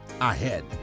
ahead